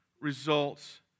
results